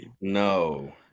no